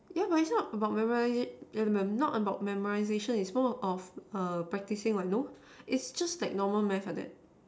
yeah but it's not about memorising not about memorisation it's more about practicing what no it's just like normal math like that